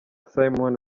simon